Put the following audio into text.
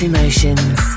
Emotions